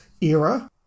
era